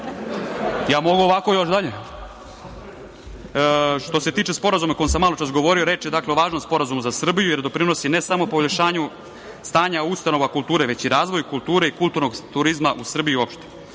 Da nastavim? Što se tiče sporazuma o kome sam maločas govorio, reč je o važnom sporazumu za Srbiju, jer doprinosi, ne samo poboljšanju stanja ustanova kulture, već i razvoj kulture i kulturnog turizma u Srbiji i uopšte. Zato